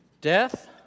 death